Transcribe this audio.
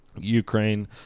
ukraine